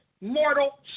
mortal